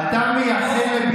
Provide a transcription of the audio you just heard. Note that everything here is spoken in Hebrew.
הרי אתם קבעתם שם,